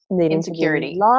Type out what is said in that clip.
insecurity